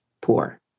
poor